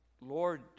Lord